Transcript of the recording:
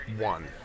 One